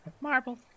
Marble